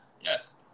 Yes